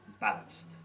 balanced